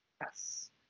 Yes